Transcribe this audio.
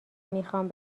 میخوام